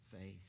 faith